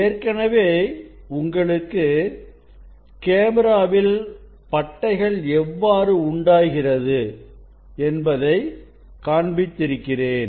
ஏற்கனவே உங்களுக்கு கேமராவில் பட்டைகள் எவ்வாறு உண்டாகிறது என்பதை காண்பித்திருக்கிறேன்